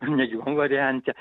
negyvam variante